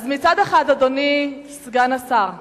אז מצד אחד, אדוני סגן השר,